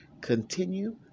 continue